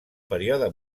període